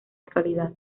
actualidad